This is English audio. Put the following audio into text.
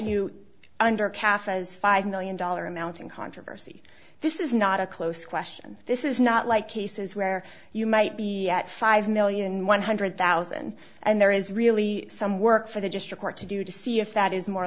you under cafe's five million dollar amount in controversy this is not a close question this is not like cases where you might be at five million one hundred thousand and there is really some work for the district or to do to see if that is more